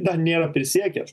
dar nėra prisiekęs